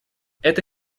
это